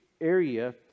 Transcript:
area